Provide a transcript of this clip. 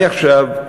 אני עכשיו,